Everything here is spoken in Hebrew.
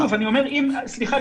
סליחה,